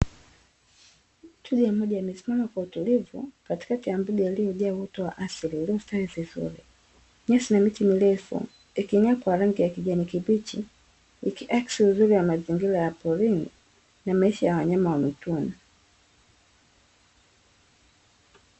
Twiga mmoja amesimama kwa utulivu katikati ya mbuga iliyojaa uoto wa asili uliostawi vizuri, nyasi na miti mirefu ikimea kwa rangi ya kijani kibichi, ikiakisi uzuri wa mazingira ya porini na maisha ya wanyama wa mwituni.